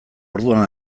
orduan